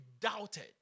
doubted